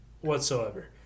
whatsoever